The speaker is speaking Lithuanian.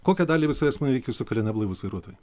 kokią dalį visų eismo įvykių sukuria neblaivūs vairuotojai